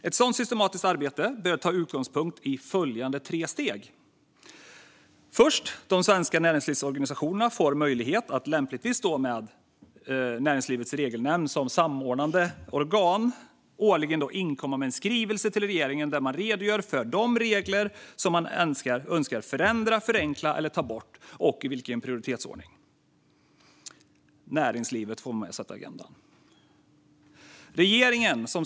Ett sådant systematiskt arbete bör ta utgångspunkt i följande tre steg: De svenska näringslivsorganisationerna får möjlighet att, lämpligtvis med Näringslivets Regelnämnd som samordnande organ, årligen inkomma med en skrivelse till regeringen där man redogör för vilka regler man önskar förändra, förenkla eller ta bort och i vilken prioritetsordning det ska ske. Näringslivet får därmed vara med och sätta agendan.